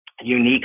unique